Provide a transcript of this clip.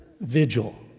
vigil